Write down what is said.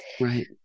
Right